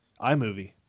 iMovie